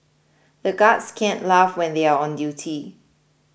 the guards can't laugh when they are on duty